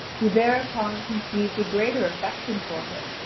who thereupon conceived a greater affection for him,